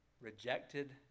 Rejected